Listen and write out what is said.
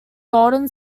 golden